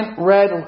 red